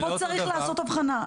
פה צריך לעשות הבחנה.